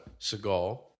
Seagal